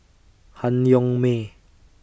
Han Yong May